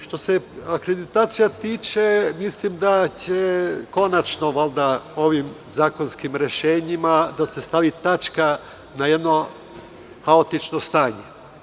Što se akreditacija tiče, mislim da će se konačno ovim zakonskim rešenjima staviti tačka na jedno haotično stanje.